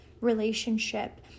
relationship